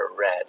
red